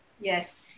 Yes